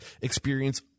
experience